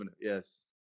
Yes